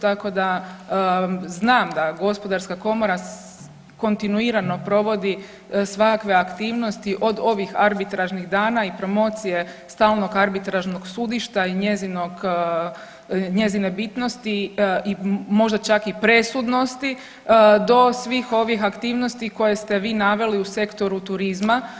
Tako da znam da Gospodarska komora kontinuirano provodi svakakve aktivnosti od ovih arbitražnih dana i promocije stalnog arbitražnog sudišta i njezine bitnosti i možda čak i presudnosti do svih ovih aktivnosti koje ste vi naveli u sektoru turizma.